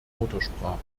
muttersprache